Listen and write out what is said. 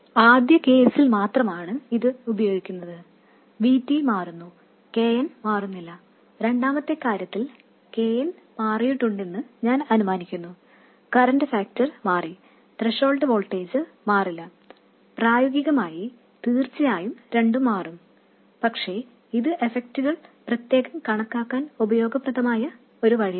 ആദ്യ കേസിൽ മാത്രമാണ് അത് ഉപയോഗിക്കുന്നത് V T മാറുന്നു K n മാറുന്നില്ല രണ്ടാമത്തെ കാര്യത്തിൽ K n മാറിയിട്ടുണ്ടെന്ന് ഞാൻ അനുമാനിക്കുന്നു കറൻറ് ഫാക്ടർ മാറി ത്രെഷോൾഡ് വോൾട്ടേജ് മാറില്ല പ്രയോഗികമായി തീർച്ചയായും രണ്ടും മാറും പക്ഷേ ഇത് ഇഫക്റ്റുകൾ പ്രത്യേകം കണക്കാക്കാൻ ഉപയോഗപ്രദമായ വഴിയാണ്